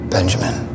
Benjamin